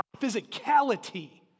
physicality